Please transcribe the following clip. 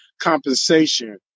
compensation